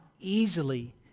easily